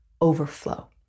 overflow